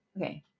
Okay